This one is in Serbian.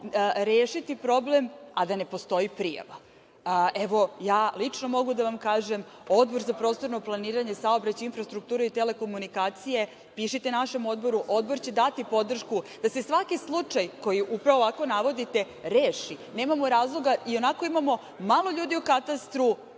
rešiti problem, a da ne postoji prijava. Evo, ja lično mogu da vam kažem, Odbor za prostorno planiranje, saobraćaj, infrastrukturu i telekomunikacije, pišite našem odboru, odbor će dati podršku da se svaki slučaj koji navodite reši. Nemamo razloga, ionako imamo malo ljudi u Katastru,